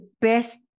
best